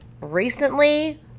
Recently